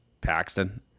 Paxton